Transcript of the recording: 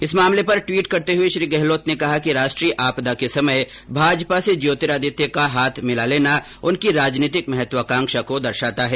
इस मामले पर ट्वीट करते हुए श्री गहलोत ने कहा कि राष्ट्रीय आपदा के समय भाजपा से ज्योतिरादित्य का हाथ मिला लेना उनकी राजनीतिक महत्वाकांक्षा को दर्शाता है